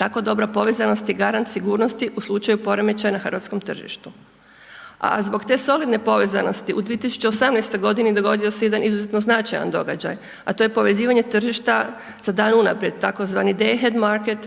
Tako dobra povezanost je garant sigurnosti u slučaju poremećaja na hrvatskom tržištu. A zbog te solidne povezanosti u 2018. dogodio se jedan izuzetno značajan događaj a to je povezivanje tržišta za dan unaprijed tzv. .../Govornik se ne razumije./... market